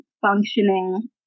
functioning